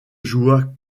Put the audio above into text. jouant